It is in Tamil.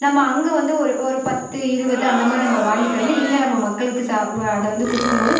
நம்ம அங்கே வந்து ஒரு ஒரு பத்து இருபது அந்த மாதிரி நம்ப வாங்கிட்டு வந்து இங்கே நம்ம மக்களுக்கு சா வா அதை வந்து கொடுக்கும்போது